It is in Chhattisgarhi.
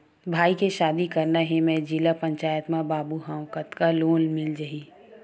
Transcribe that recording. भाई के शादी करना हे मैं जिला पंचायत मा बाबू हाव कतका लोन मिल जाही?